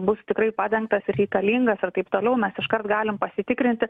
bus tikrai padengtas ir reikalingas ir taip toliau mes iškart galim pasitikrinti